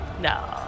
No